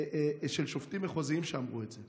משופטים מחוזיים שאמרו את זה.